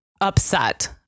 upset